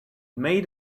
made